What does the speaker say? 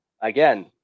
Again